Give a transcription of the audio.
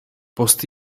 post